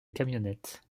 camionnette